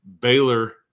Baylor